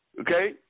Okay